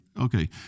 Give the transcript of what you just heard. Okay